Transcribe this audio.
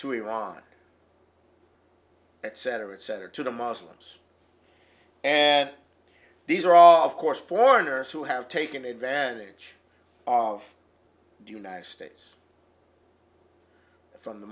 to iran et cetera et cetera to the muslims and these are all of course foreigners who have taken advantage of the united states from the